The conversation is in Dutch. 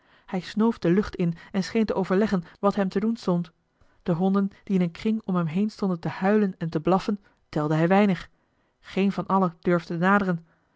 hij snoof de lucht in en scheen te overleggen wat hem te doen stond de honden die in een kring om hem heen eli heimans willem roda stonden te huilen en te blaffen telde hij weinig geen van alle durfde naderen